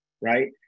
right